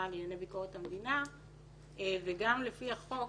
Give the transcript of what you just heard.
לענייני ביקורת המדינה וגם לפי החוק,